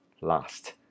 last